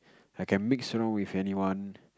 I can mix around with anyone